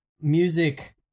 music